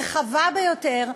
רחבה ביותר,